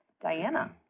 Diana